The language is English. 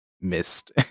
missed